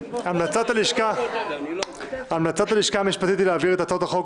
המלצת הלשכה המשפטית היא להעביר את הצעות החוק